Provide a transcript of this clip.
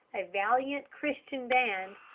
a valiant christian band,